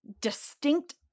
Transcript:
distinct